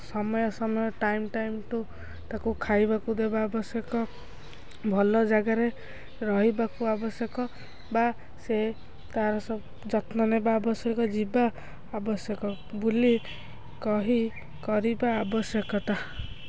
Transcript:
ସମୟ ସମୟ time time to ତାକୁ ଖାଇବାକୁ ଦେବା ଆବଶ୍ୟକ ଭଲ ଜାଗାରେ ରହିବାକୁ ଆବଶ୍ୟକ ବା ସେ ତା'ର ସବୁ ଯତ୍ନ ନେବା ଆବଶ୍ୟକ ଯିବା ଆବଶ୍ୟକ ବୁଲି କହି କରିବା ଆବଶ୍ୟକତା